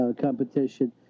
competition